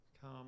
come